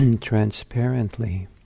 transparently